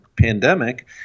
pandemic